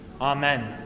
Amen